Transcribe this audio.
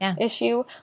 issue